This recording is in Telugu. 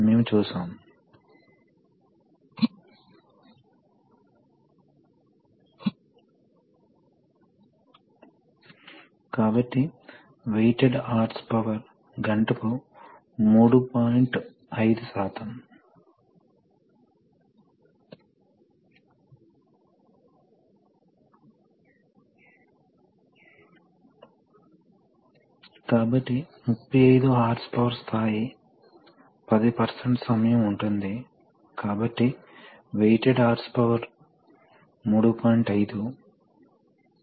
నేను చెప్పినట్లుగా గాలి వాల్యూమ్ వేగంగా పంపిణీ చేయటానికి ప్రెషర్ చేయబడిన గాలి వైపు మరియు ఇది ఒక కెపాసిటర్ లాంటిది కొంతవరకు మీరు ఎలక్ట్రిక్ అనాలజీ పరంగా సరఫరా చేసినట్లే అకస్మాత్తుగా వోల్టేజ్ పడిపోకుండా ఎక్కువ కరెంటు ను సరఫరా చేస్తారు